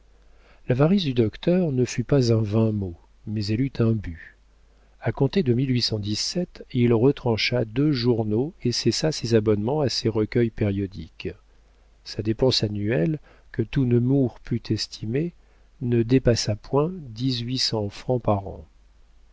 l'avarice du docteur ne fut pas un vain mot mais elle eut un but a compter de il retrancha deux journaux et cessa ses abonnements à ses recueils périodiques sa dépense annuelle que tout nemours put estimer ne dépassa point dix-huit cents francs par an